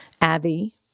Abby